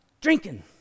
drinking